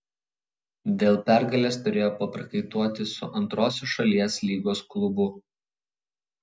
dėl pergalės turėjo paprakaituoti su antrosios šalies lygos klubu